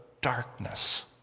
darkness